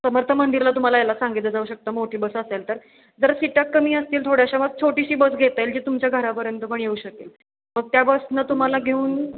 समर्थमंदिरला तुम्हाला यायला सांगितलं जाऊ शकतं मोठी बस असेल तर जर सीटा कमी असतील थोड्याशा मग छोटीशी बस घेता येईल जी तुमच्या घरापर्यंत पण येऊ शकेल मग त्या बसनं तुम्हाला घेऊन